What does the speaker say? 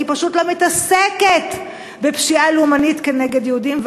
כי היא פשוט לא מתעסקת בפשיעה לאומנית כנגד יהודים.